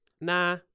Nah